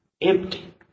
empty